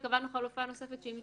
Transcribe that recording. וקבענו חלופה נוספת שהיא מצטברת,